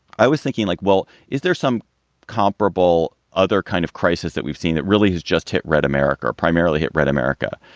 i was thinking like, well, is there some comparable other kind of crisis that we've seen that really has just hit red america, primarily hit red america?